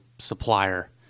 Supplier